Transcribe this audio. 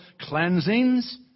cleansings